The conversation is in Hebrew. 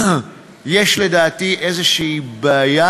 יש, לדעתי, איזושהי בעיה